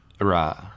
Right